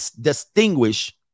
distinguish